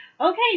Okay